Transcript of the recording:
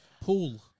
pool